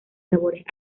labores